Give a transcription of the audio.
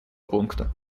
пункта